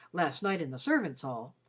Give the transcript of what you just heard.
last night in the servants' hall,